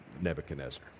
Nebuchadnezzar